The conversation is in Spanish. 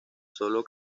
solo